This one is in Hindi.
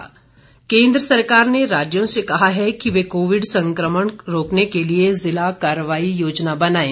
निर्देश केन्द्र सरकार ने राज्यों से कहा है कि वे कोविड संक्रमण रोकने के लिए ज़िला कार्रवाई योजना बनायें